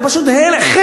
זה פשוט חלם,